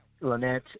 Lynette